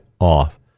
off